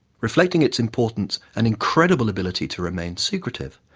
reflecting its importance and incredible ability to remain secretive,